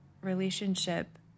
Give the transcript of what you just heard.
relationship